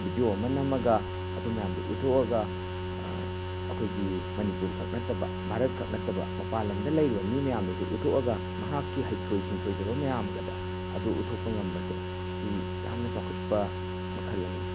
video ꯑꯃ ꯅꯝꯃꯒ ꯑꯗꯨ ꯃꯌꯥꯝꯗꯣ ꯎꯠꯊꯣꯛꯑꯒ ꯑꯩꯈꯣꯏꯒꯤ ꯃꯅꯤꯄꯨꯔꯈꯛ ꯅꯠꯇꯕ ꯚꯥꯔꯠꯈꯛ ꯅꯠꯇꯕ ꯃꯄꯥꯜꯂꯝꯗ ꯂꯩꯔꯤꯕ ꯃꯤ ꯃꯌꯥꯝꯗꯁꯨ ꯎꯠꯊꯣꯛꯑꯒ ꯃꯍꯥꯛꯀꯤ ꯍꯩꯊꯣꯏ ꯁꯤꯡꯊꯣꯏꯖꯕ ꯃꯌꯥꯝꯀꯗꯣ ꯑꯗꯨ ꯎꯠꯊꯣꯛꯄ ꯉꯝꯕꯁꯦ ꯁꯤ ꯌꯥꯝꯅ ꯆꯥꯎꯈꯠꯄ ꯃꯈꯜ ꯑꯃꯅꯤ